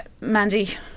Mandy